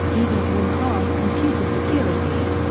even to enhance computer security.